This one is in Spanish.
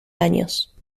años